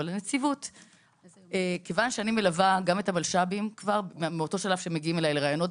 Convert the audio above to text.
אבל כיוון שאני מלווה גם את המלשב"ים מאותו שלב שמגיעים אליי לראיונות,